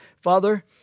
Father